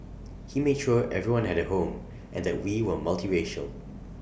he made sure everyone had A home and that we were multiracial